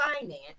finance